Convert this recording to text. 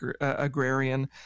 agrarian